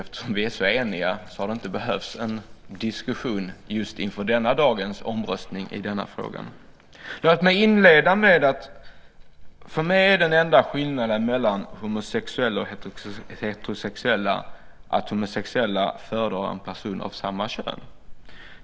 Eftersom vi är så eniga har det inte behövts en diskussion just inför denna dags omröstning i frågan. Låt mig inleda med att säga att för mig är den enda skillnaden mellan homosexuella och heterosexuella att homosexuella föredrar en person av samma kön.